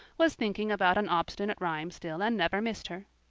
was thinking about an obstinate rhyme still and never missed her.